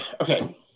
okay